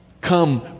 Come